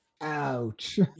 Ouch